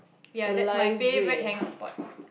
ya that's my favourite hang out spot